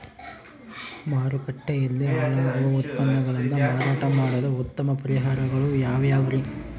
ಮಾರುಕಟ್ಟೆಯಲ್ಲಿ ಹಾಳಾಗುವ ಉತ್ಪನ್ನಗಳನ್ನ ಮಾರಾಟ ಮಾಡಲು ಉತ್ತಮ ಪರಿಹಾರಗಳು ಯಾವ್ಯಾವುರಿ?